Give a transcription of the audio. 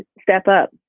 step up,